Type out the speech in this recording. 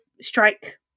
strike